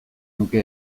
nuke